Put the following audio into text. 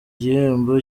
gihembo